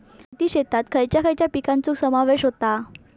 बागायती शेतात खयच्या खयच्या पिकांचो समावेश होता?